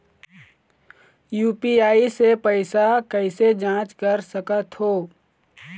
UPI से पैसा कैसे जाँच कर सकत हो?